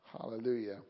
Hallelujah